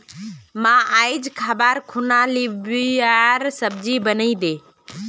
मां, आइज खबार खूना लोबियार सब्जी बनइ दे